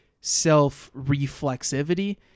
self-reflexivity